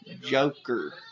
Joker